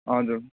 हजुर